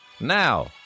Now